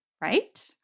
Right